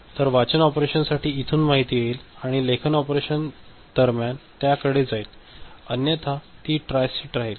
तर वाचन ऑपरेशनसाठी येथून माहिती येईल आणि लेखन ऑपरेशन दरम्यान त्याकडे जाईल अन्यथा ती तट्रायस्टेट राहील